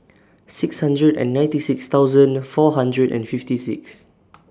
six hundred and ninety six thousand four hundred and fifty six